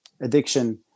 addiction